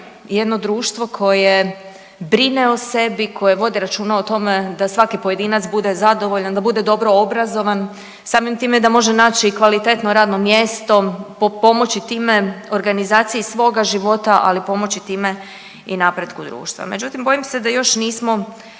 jedno društvo koje brine o sebi, koje vodi računa o tome da svaki pojedinac bude zadovoljan, da bude dobro obrazovan samim time da može naći kvalitetno radno mjesto, pomoći time organizaciji svoga života, ali pomoći time i napretku društva. Međutim, bojim se da još nismo